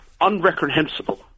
unreprehensible